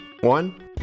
one